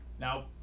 now